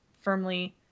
firmly